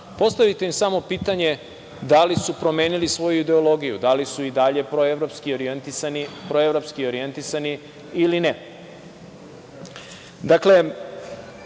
postavite im samo pitanje da li su promenili svoju ideologiju, da li su i dalje proevropski orijentisani ili